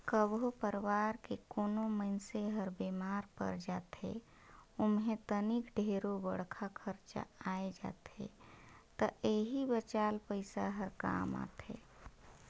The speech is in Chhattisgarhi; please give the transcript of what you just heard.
कभो परवार के कोनो मइनसे हर बेमार पर जाथे ओम्हे तनिक ढेरे बड़खा खरचा आये जाथे त एही बचाल पइसा हर काम आथे